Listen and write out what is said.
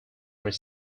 were